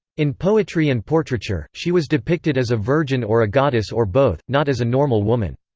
in poetry and portraiture, she was depicted as a virgin or a goddess or both, not as a normal woman.